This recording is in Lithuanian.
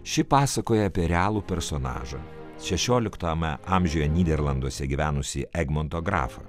ši pasakoja apie realų personažą šešioliktame amžiuje nyderlanduose gyvenusį egmonto grafą